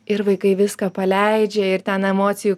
ir vaikai viską paleidžia ir ten emocijų